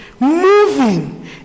Moving